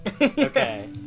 Okay